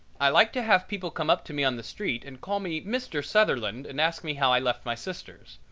i like to have people come up to me on the street and call me mr. sutherland and ask me how i left my sisters?